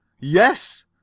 Yes